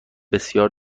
بسیار